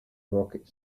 rocket